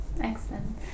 Excellent